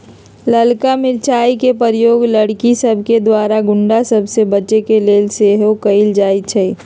ललका मिरचाइ के प्रयोग लड़कि सभके द्वारा गुण्डा सभ से बचे के लेल सेहो कएल जाइ छइ